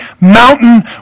mountain